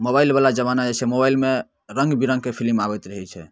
मोबाइलवला जमाना जे छै मोबाइलमे रङ्गबिरङ्गके फिलिम आबैत रहै छै